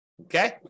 okay